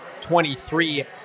23